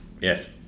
Yes